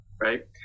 right